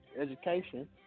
education